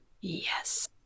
Yes